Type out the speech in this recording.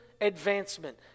advancement